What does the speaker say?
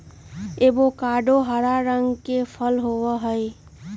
avocado हरा रंग के फल होबा हई